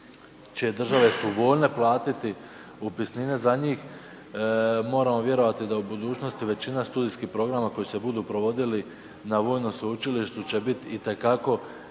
čije države su voljne platiti upisnine za njih. Moramo vjerovati da u budućnosti većina studijskih programa koji se budu provodili na vojnom sveučilištu će biti itekako